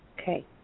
okay